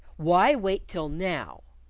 why wait till now?